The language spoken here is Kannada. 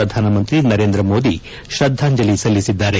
ಪ್ರಧಾನಮಂತ್ರಿ ನರೇಂದ್ರ ಮೋದಿ ಶ್ರದ್ಧಾಂಜಲಿ ಸಲ್ಲಿಸಿದ್ದಾರೆ